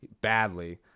badly